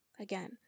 Again